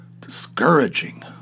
Discouraging